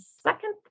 second